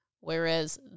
Whereas